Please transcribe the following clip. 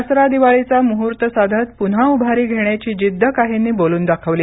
दसरा दिवाळीचा मुहूर्त साधत प्न्हा उभारी घेण्याची जिद्द काहींनी बोलून दाखवली